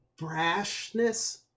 brashness